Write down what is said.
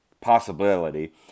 possibility